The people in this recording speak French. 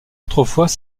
autrefois